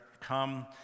come